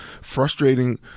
frustrating